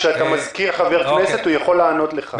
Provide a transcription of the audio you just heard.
כשאתה מזכיר חבר כנסת, הוא יכול לענות לך.